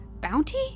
Bounty